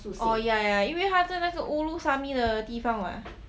orh ya ya ya 因为他在那个 ulusami 的地方 [what]